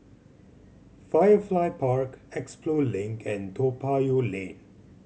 Firefly Park Expo Link and Toa Payoh Lane